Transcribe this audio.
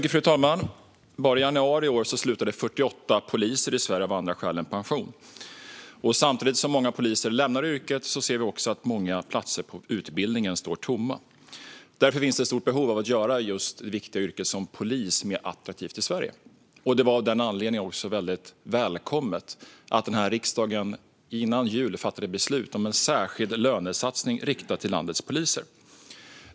Fru talman! Bara i januari i år slutade 48 poliser i Sverige av andra skäl än pension. Samtidigt som många poliser lämnar yrket ser vi att många platser på utbildningen står tomma. Därför finns ett stort behov av att göra ett viktigt yrke som polis mer attraktivt i Sverige. Av denna anledning var det välkommet att riksdagen före jul fattade beslut om en särskild lönesatsning riktad till landets poliser.